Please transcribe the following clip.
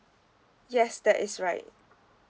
yes that is right